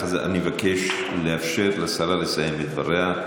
אני מבקש לאפשר לשרה לסיים את דבריה.